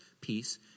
peace